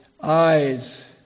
eyes